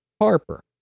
Harper